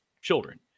children